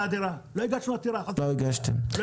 לא הגשנו עתירה, חס וחלילה.